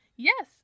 Yes